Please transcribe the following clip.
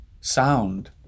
sound